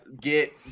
get